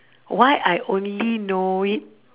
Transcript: why I only know it